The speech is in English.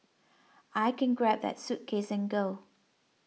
I can grab that suitcase and go